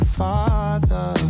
father